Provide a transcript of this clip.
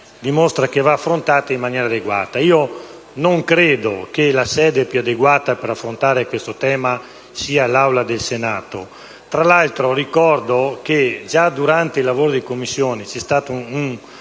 dimostra che va affrontata in maniera adeguata. Non credo che la sede più adeguata per affrontare questo tema sia l'Aula del Senato. Tra l'altro, ricordo che già in Commissione c'è stato un